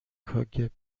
کاگب